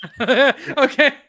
Okay